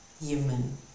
human